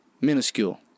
Minuscule